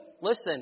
Listen